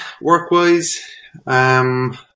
work-wise